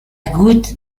goutte